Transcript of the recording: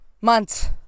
months